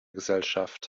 gesellschaft